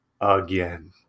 again